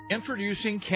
Introducing